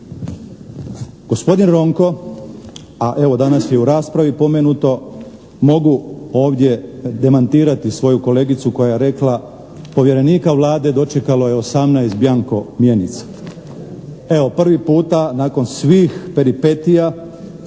Gospodin Ronko a evo danas je u raspravi pomenuto, mogu ovdje demantirati svoju kolegicu koja je rekla "Povjerenika Vlade dočekalo je 18 bianco mjenica.". Evo, prvi puta nakon svih peripetija